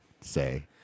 say